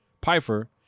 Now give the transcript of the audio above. Piper